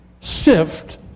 sift